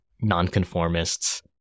nonconformists